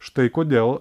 štai kodėl